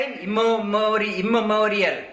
immemorial